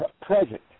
present